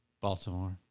Baltimore